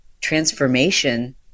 transformation